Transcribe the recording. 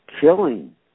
killing